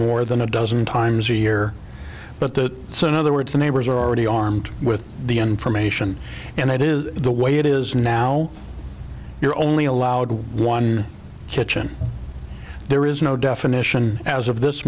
more than a dozen times a year but the so in other words the neighbors are already armed with the information and it is the way it is now you're only allowed one kitchen there is no definition as of this